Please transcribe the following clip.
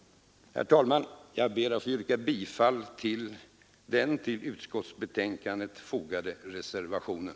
Herr talman! Jag ber att få yrka bifall till den vid utskottsbetänkandet fogade reservationen.